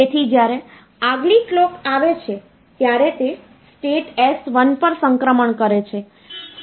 તેથી જ્યારે આગલી કલોક આવે છે ત્યારે તે સ્ટેટ s1 પર સંક્રમણ કરે છે